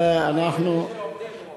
בשעה הזאת אנחנו היחידים שעובדים פה.